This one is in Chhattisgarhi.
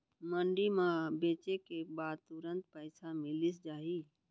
मंडी म बेचे के बाद तुरंत पइसा मिलिस जाही?